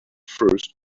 first